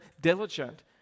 diligent